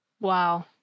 Wow